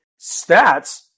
stats